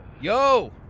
Yo